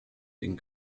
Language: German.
den